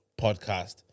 podcast